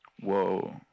whoa